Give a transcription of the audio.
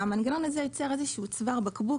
המנגנון הזה ייצר איזה שהוא צוואר בקבוק,